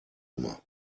immer